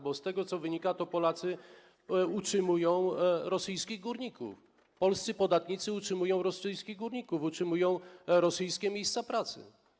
Bo z tego wynika, że to Polacy utrzymują rosyjskich górników, polscy podatnicy utrzymują rosyjskich górników, utrzymują rosyjskie miejsca pracy.